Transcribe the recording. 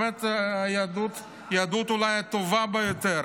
היהדות אולי הטובה ביותר,